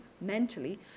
mentally